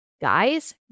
Guys